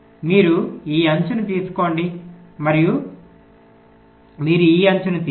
మీరు ఈ అంచుని తీసుకోండి మరియు మీరు ఈ అంచుని తీసుకోండి